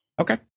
Okay